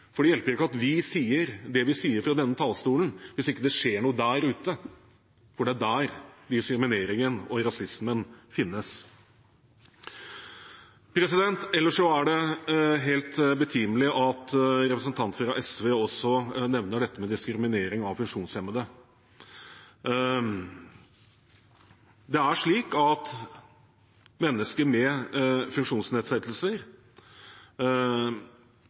Det hjelper ikke at vi sier det vi sier fra denne talerstolen, hvis det ikke skjer noe der ute, for det er der diskrimineringen og rasismen finnes. Ellers er det helt betimelig at representanten fra SV også nevner dette med diskriminering av funksjonshemmede. Mennesker med funksjonsnedsettelser opplever en type diskriminering som handler om at